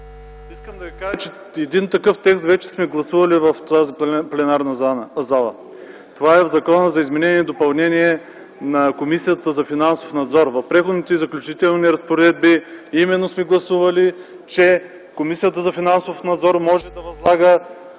Искам да ви кажа, че един такъв текст вече сме гласували в тази пленарна зала. Това е в Закона за изменение и допълнение на Комисията за финансов надзор. В Преходните и заключителните разпоредби именно сме гласували, че Комисията за финансов надзор може да възлага